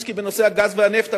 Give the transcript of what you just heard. ועדת-ששינסקי בנושא הגז והנפט,